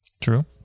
True